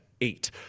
eight